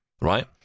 right